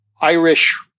Irish